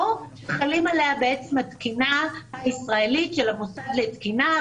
חלה עליה התקינה הישראלית של המוסד לתקינה,